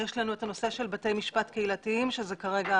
יש הנושא של בתי משפט קהילתיים שזה כרגע